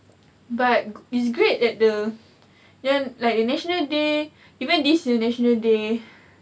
but it's great that the then like the national day even this national day